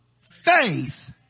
faith